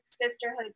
sisterhood